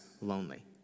lonely